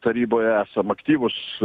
taryboje esam aktyvus